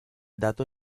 dato